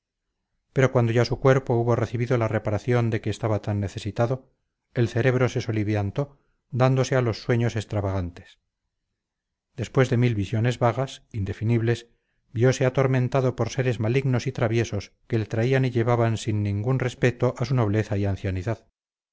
pero cuando ya su cuerpo hubo recibido la reparación de que estaba tan necesitado el cerebro se soliviantó dándose a los sueños extravagantes después de mil visiones vagas indefinibles viose atormentado por seres malignos y traviesos que le traían y llevaban sin ningún respeto a su nobleza y ancianidad